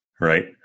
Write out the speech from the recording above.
right